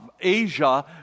Asia